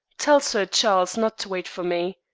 tell sir charles not to wait for me.